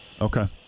Okay